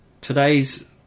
today's